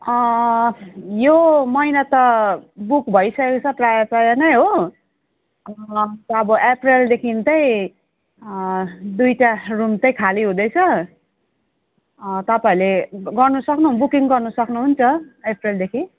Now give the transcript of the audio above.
यो महिना त बुक भइसकेको छ प्रायः प्रायः नै हो त अब अप्रिलदेखि त दुइवटा रुम चाहिँ खाली हुँदैछ तपाईँहरूले गर्नु सक्नु हुन्छ बुकिङ गर्नु सक्नु हुन्छ अप्रिलदेखि